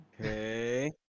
Okay